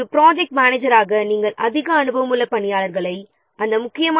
ஒரு ப்ராஜெக்ட் மேனேஜராக இந்த முக்கியமான செயல்களைச் செய்வதற்கு அதிக அனுபவமுள்ள பணியாளர்களை ஒதுக்க வேண்டும்